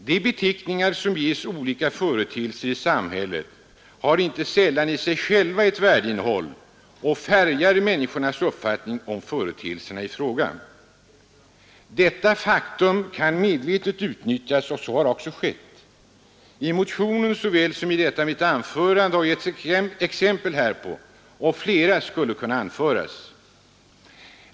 De beteckningar som ges olika företeelser i samhället har inte sällan i sig själva ett värdeinnehåll, som färgar människornas uppfattning om företeelserna i fråga. Detta faktum kan medvetet utnyttjas, och så har också skett. I motionen såväl som i detta mitt anförande har givits exempel härpå. Flera skulle kunna anföras.